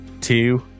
two